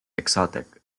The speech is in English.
exotic